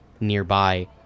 nearby